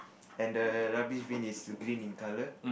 and the rubbish bin is pink in colour